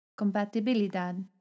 Compatibilidad